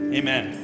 amen